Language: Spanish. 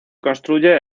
construye